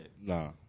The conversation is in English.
Nah